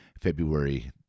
February